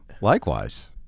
likewise